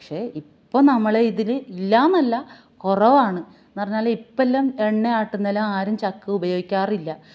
പക്ഷേ ഇപ്പോൾ നമ്മൾ ഇതിലില്ലാന്നല്ല കുറവാണ് എന്ന്പറഞ്ഞാലിപ്പെല്ലാം എണ്ണയാട്ടുന്നെലാ ആരും ചക്കി ഉപയോഗിക്കാറില്ല